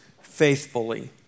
faithfully